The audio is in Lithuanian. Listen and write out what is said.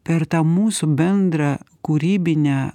per tą mūsų bendrą kūrybinę